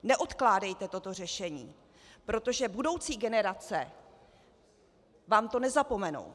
Neodkládejte toto řešení, protože budoucí generace vám to nezapomenou!